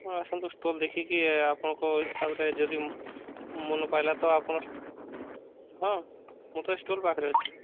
ହଁ ଆସନ୍ତୁ ଷ୍ଟଲ୍ ଦେଖିକି ଆପଣଙ୍କ ହିସାବରେ ଯଦି ମନକୁ ପାଇଲା ତ ଆପଣ ହଁ ମୁଁ ତ ଷ୍ଟଲ୍ ବାହାରେ ଅଛି